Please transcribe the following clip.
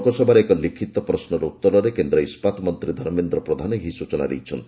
ଲୋକସଭାରେ ଏକ ଲିଖିତ ପ୍ରଶ୍ନର ଉତ୍ତରରେ କେନ୍ଦ୍ର ଇସ୍କାତମନ୍ତ୍ରୀ ଧର୍ମେନ୍ଦ୍ର ପ୍ରଧାନ ଏହି ସୂଚନା ଦେଇଛନ୍ତି